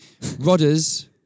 Rodders